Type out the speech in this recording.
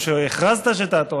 או שהכרזת שאתה עותר,